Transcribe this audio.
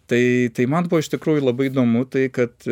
tai tai man buvo iš tikrųjų labai įdomu tai kad